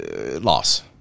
Loss